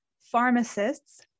Pharmacists